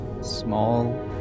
small